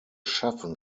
schaffen